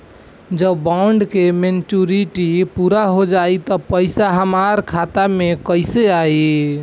जब बॉन्ड के मेचूरिटि पूरा हो जायी त पईसा हमरा खाता मे कैसे आई?